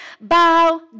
bow